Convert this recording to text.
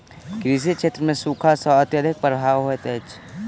कृषि क्षेत्र सूखा सॅ अत्यधिक प्रभावित होइत अछि